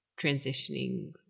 transitioning